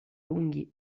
lunghi